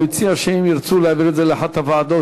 הוא הציע שאם ירצו להעביר את זה לאחת הוועדות,